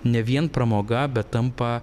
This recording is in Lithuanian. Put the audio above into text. ne vien pramoga bet tampa